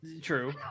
true